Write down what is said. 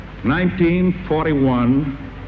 1941